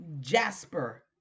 jasper